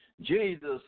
Jesus